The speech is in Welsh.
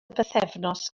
bythefnos